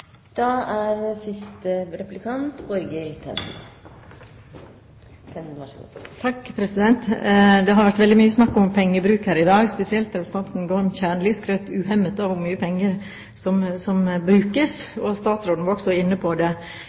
Det har vært veldig mye snakk om pengebruk her i dag. Spesielt representanten Gorm Kjernli skrøt uhemmet av hvor mye penger som brukes, og statsråden var også inne på det.